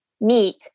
meet